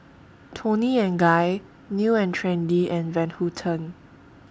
Toni and Guy New and Trendy and Van Houten